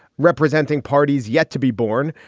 representing parties yet to be born.